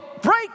break